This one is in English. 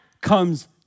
comes